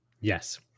Yes